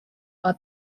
are